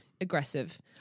aggressive